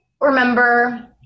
remember